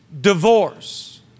divorce